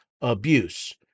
abuse